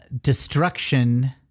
destruction